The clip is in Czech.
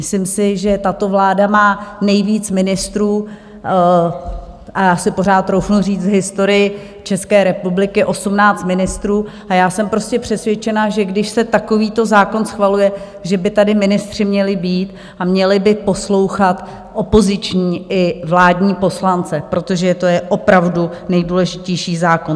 Myslím si, že tato vláda má nejvíc ministrů a já si pořád troufnu říct, v historii České republiky osmnáct ministrů a já jsem prostě přesvědčena, že když se takovýto zákon schvaluje, že by tady ministři měli být a měli by poslouchat opoziční i vládní poslance, protože to je opravdu nejdůležitější zákon.